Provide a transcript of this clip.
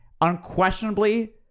unquestionably